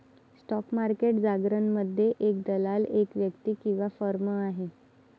stock market जारगनमध्ये, एक दलाल एक व्यक्ती किंवा फर्म आहे